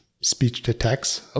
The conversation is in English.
speech-to-text